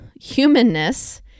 humanness